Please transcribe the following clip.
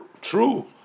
true